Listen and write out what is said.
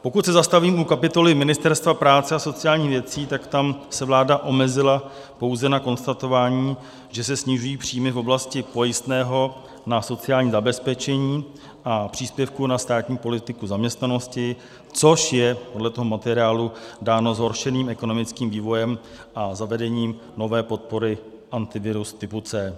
Pokud se zastavím u kapitoly Ministerstva práce a sociálních věcí, tak tam se vláda omezila pouze na konstatování, že se snižují příjmy v oblasti pojistného na sociální zabezpečení a příspěvku na státní politiku zaměstnanosti, což je podle toho materiálu dáno zhoršeným ekonomickým vývojem a zavedením nové podpory Antivirus typu C.